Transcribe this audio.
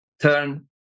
turn